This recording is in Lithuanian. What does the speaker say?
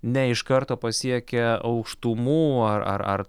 ne iš karto pasiekia aukštumų ar ar ar